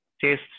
taste